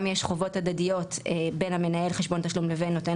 גם יש חובות הדדיות בין מנהל חשבון תשלום לבין נותן